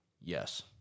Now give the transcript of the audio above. yes